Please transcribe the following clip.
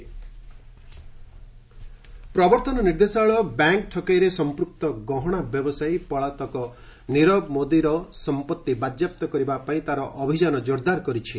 ED Nirav Modi ପ୍ରବର୍ତ୍ତନ ନିର୍ଦ୍ଦେଶାଳୟ bank ଠକେଇରେ ସମ୍ପୃକ୍ତ ଗହଣା ବ୍ୟବସାୟୀ ପଳାତକ ନିରବ ମୋଦିର ସମ୍ପଭି ବାଜ୍ୟାପ୍ତ କରିବା ପାଇଁ ତାର ଅଭିଯାନ ଜୋରଦାର କରିଛି